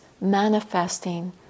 manifesting